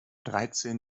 dreizehn